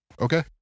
Okay